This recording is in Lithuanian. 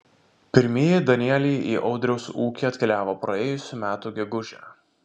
pirmieji danieliai į audriaus ūkį atkeliavo praėjusių metų gegužę